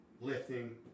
lifting